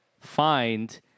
find